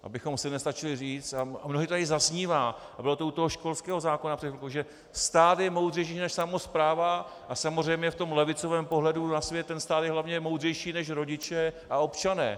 Abychom si nestačili říct a mnohdy tady zaznívá a bylo to u školského zákona, že stát je moudřejší než samospráva a samozřejmě v tom levicovém pohledu na svět ten stát je hlavně moudřejší než rodiče a občané.